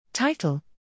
Title